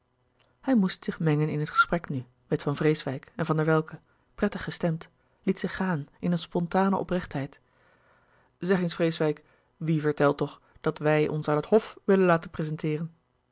hij moest zich mengen in het gesprek nu met van vreeswijck en van der welcke prettig gestemd liet zich gaan in een spontane oprechtheid zeg eens vreeswijck wie vertelt toch louis couperus de boeken der kleine zielen dat wij ons aan het hof willen laten prezenteeren